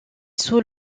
sous